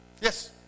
Yes